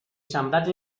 sembrats